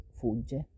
fugge